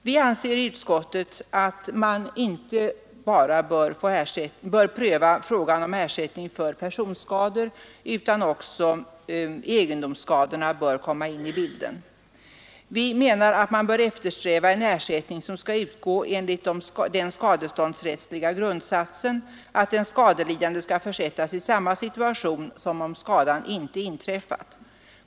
Vi anser i utskottet att utredningen inte bara bör pröva frågan om vidgad ersättning för personskador utan egendomsskadorna bör också komma in i bilden. Vi menar att man bör eftersträva en ersättning som skall utgå enligt den skadeståndsrättsliga grundsatsen att den skadelidande skall försättas i samma situation som om skadan inte inträffat.